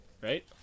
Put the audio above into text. Right